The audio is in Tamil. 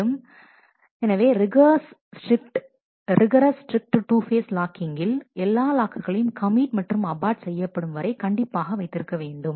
மேலும் எனவே ரிகரஸ் ஸ்ட்ரீக்ட் 2 ஃபேஸ் லாக்கிங்கில் எல்லா லாக்குகளையும் கமிட் மற்றும் அபார்ட் செய்யப்படும் வரை கண்டிப்பாக வைத்திருக்க வேண்டும்